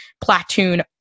platoon